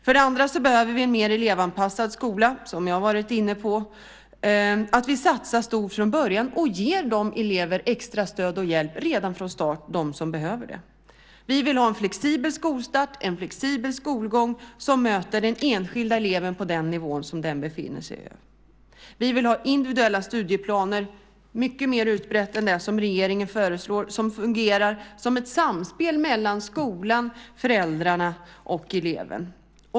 För det andra behöver vi en mer elevanpassad skola, som jag har varit inne på. Vi ska satsa stort från början och ge elever som behöver det extra stöd och hjälp redan från start. Vi vill ha en flexibel skolstart och en flexibel skolgång som möter den enskilda eleven på den nivå som den befinner sig. Vi vill ha individuella studieplaner mycket mer utbrett än vad regeringen föreslår. De fungerar som ett samspel mellan skolan, föräldrarna och eleven.